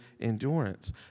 endurance